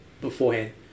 beforehand